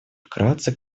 вкратце